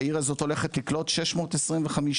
העיר הזאת הולכת לקלוט 35 קשישים,